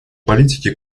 политики